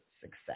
success